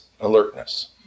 alertness